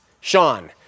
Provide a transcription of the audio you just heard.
Sean